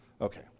Okay